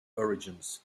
origins